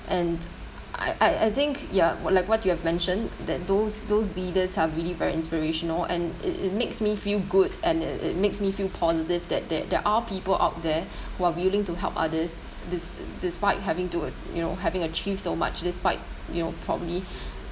and I I I think ya like what you have mentioned that those those leaders are really very inspirational and it it makes me feel good and it it makes me feel positive that there there are people out there who are willing to help others des~ despite having to you know having achieved so much despite you know probably